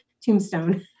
tombstone